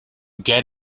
get